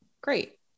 Great